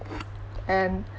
and